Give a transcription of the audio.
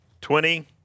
twenty